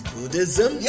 Buddhism